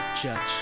Judge